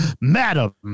Madam